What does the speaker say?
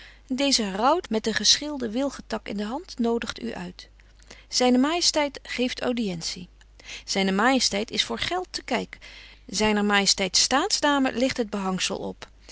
deze heraut met den geschilden wilgetak in de hand noodigt u uit zijne majesteit geeft audiëntie zijne majesteit is voor geld te kijk zijner majesteit staatsdame licht het behangsel op